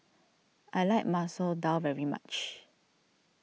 I like Masoor Dal very much